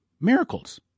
miracles